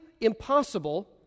impossible